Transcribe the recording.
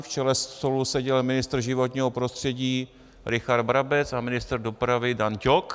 V čele stolu seděli ministr životního prostředí Richard Brabec a ministr dopravy Dan Ťok.